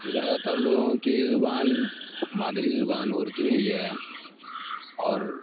زیادہ تر لوگوں کی زبان مادری زبان اردو ہی ہے اور